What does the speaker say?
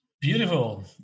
Beautiful